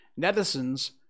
Netizens